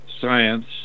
science